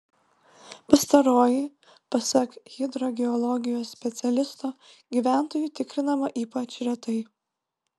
pastaroji pasak hidrogeologijos specialisto gyventojų tikrinama ypač retai